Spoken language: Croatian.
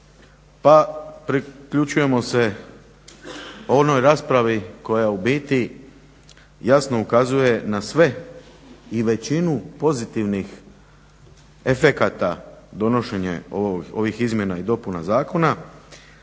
Pa priključujemo se onoj raspravi koja u biti jasno ukazuje na sve i većinu pozitivnih efekata donošenja ovih izmjena i dopuna zakona